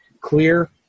clear